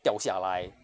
掉下来